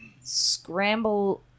scramble